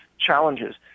challenges